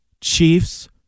Chiefs